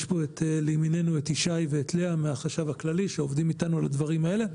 יש לימיננו את ישי ואת לאה מהחשב הכללי שעובדים איתנו על הדברים האלה.